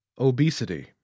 Obesity